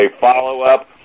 follow-up